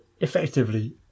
effectively